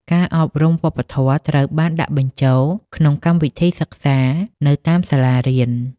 ការអប់រំវប្បធម៌ត្រូវបានដាក់បញ្ចូលក្នុងកម្មវិធីសិក្សានៅតាមសាលារៀន។